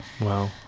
Wow